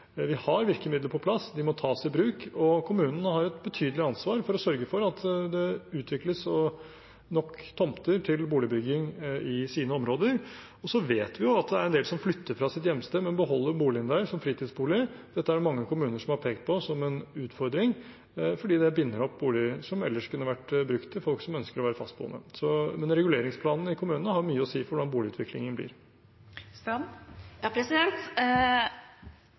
Vi har virkemidler på plass, de må tas i bruk, og kommunene har et betydelig ansvar for å sørge for at det utvikles nok tomter til boligbygging i sine områder. Og så vet vi jo at det er en del som flytter fra sitt hjemsted, men beholder boligen der som fritidsbolig. Dette er det mange kommuner som har pekt på som en utfordring, fordi det binder opp boliger som ellers kunne vært brukt til folk som ønsker å være fastboende. Så reguleringsplanen i kommunene har mye å si for hvordan boligutviklingen blir.